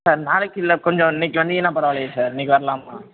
sir நாளைக்கு இல்லை கொஞ்சம் இன்னைக்கு வந்தீங்கன்னா பரவாயில்லையே சார் இன்னிக்கு வரலாமா